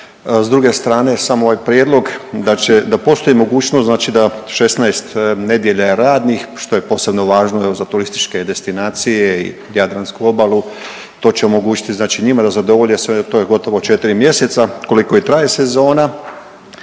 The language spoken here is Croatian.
s druge strane samo ovaj prijedlog da postoji mogućnost da 16 nedjelja je radnih što je posebno važno za turističke destinacije i Jadransku obalu, to će omogućiti njima da zadovolje sve, to je gotovo četiri mjeseca koliko i traje sezona.